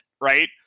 right